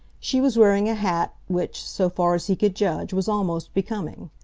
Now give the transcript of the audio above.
she was wearing a hat which, so far as he could judge, was almost becoming.